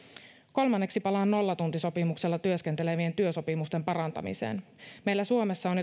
kolmanneksi palaan nollatuntisopimuksella työskentelevien työsopimusten parantamiseen meillä suomessa on